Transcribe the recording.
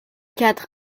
quatre